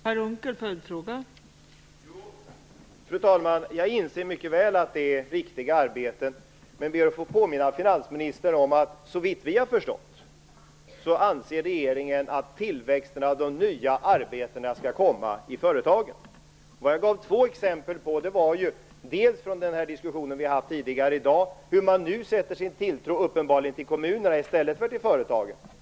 Fru talman! Jag inser mycket väl att det är riktiga arbeten, men jag ber att få påminna finansministern om att regeringen, såvitt vi har förstått, sagt att tillväxten av de nya arbetena skall komma i företagen. Jag gav två exempel på hur man nu uppenbarligen sätter sin tilltro till kommunerna i stället för till företagen.